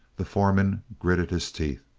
the foreman gritted his teeth.